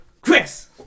Chris